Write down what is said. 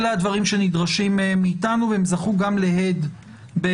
אלה הדברים שנדרשים מאיתנו והם זכו גם להד בפסיקת